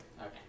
Okay